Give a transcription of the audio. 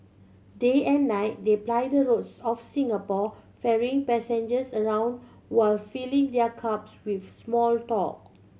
day and night they ply the roads of Singapore ferrying passengers around while filling their cabs with small talk